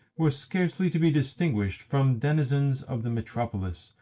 were scarcely to be distinguished from denizens of the metropolis,